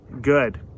good